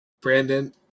Brandon